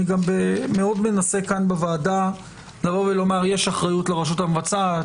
אני מאוד מנסה כאן בוועדה לומר שיש אחריות אחרת לרשות המבצעת,